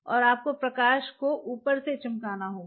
और आपको प्रकाश को ऊपर से चमकाना होगा